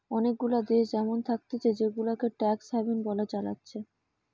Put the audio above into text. অনেগুলা দেশ এমন থাকতিছে জেগুলাকে ট্যাক্স হ্যাভেন বলে চালাচ্ছে